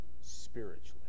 spiritually